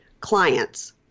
clients